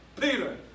Peter